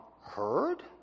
heard